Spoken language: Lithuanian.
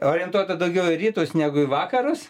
orientuota daugiau į rytus negu į vakarus